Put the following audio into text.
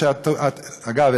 אגב,